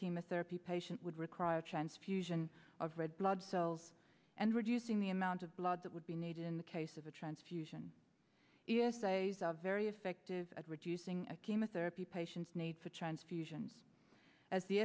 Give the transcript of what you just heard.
chemotherapy patient would require a transfusion of red blood cells and reducing the amount of blood that would be needed in the case of a transfusion e s a is a very effective at reducing a chemotherapy patients need for transfusions as the